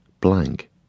blank